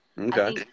Okay